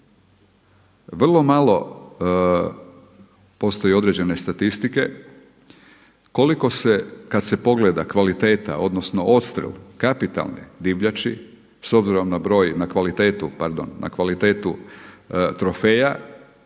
vrlo malo postoje određene statistike koliko se kad se pogleda kvaliteta odnosno odstrel kapitalne divljači s obzirom na broj,